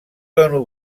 dono